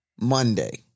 Monday